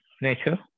nature